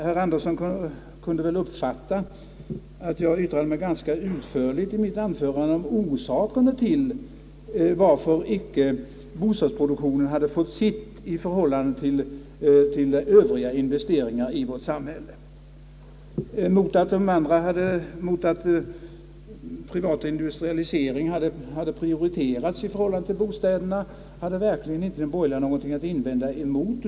Herr Andersson uppfattade väl, att jag i mitt anförande yttrade mig ganska utförligt om orsakerna till varför bostadsproduktionen inte hade fått tillräckligt i förhållande till övriga investeringar i vårt samhälle. Mot att privat industrialisering Pprioriterats i förhållande till bostäderna hade de borgerliga verkligen inte någonting att invända.